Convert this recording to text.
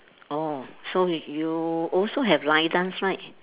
oh so you also have line dance right